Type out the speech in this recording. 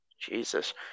Jesus